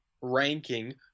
ranking